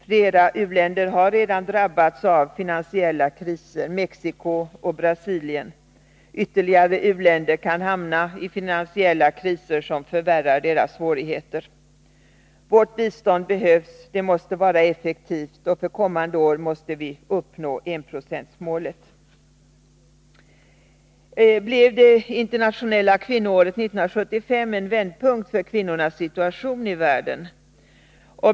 Flera u-länder har redan drabbats av finansiella kriser, t.ex. Mexico och Brasilien, och ytterligare u-länder kan hamna i finansiella kriser som förvärrar deras svårigheter. Vårt bistånd behövs, och det måste vara effektivt. För kommande år måste vi uppnå enprocentsmålet. Blev det internationella kvinnoåret 1975 en vändpunkt för kvinnornas situation i världen?